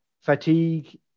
fatigue